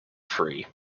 free